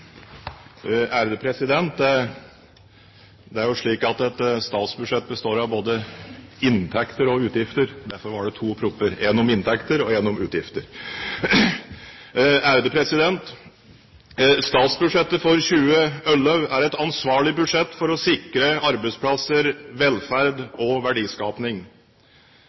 reglementsmessig måte. Det er jo slik at et statsbudsjett består av både inntekter og utgifter. Derfor var det to proposisjoner, en om inntekter og en om utgifter. Statsbudsjettet for 2011 – «tjueølløv» – er et ansvarlig budsjett for å sikre arbeidsplasser, velferd og